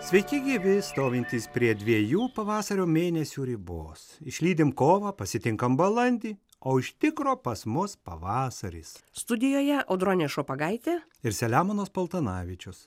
sveiki gyvi stovintys prie dviejų pavasario mėnesių ribos išlydim kovą pasitinkam balandį o iš tikro pas mus pavasaris studijoje audronė šopagaitė ir selemonas paltanavičius